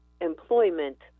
employment